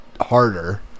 harder